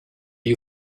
you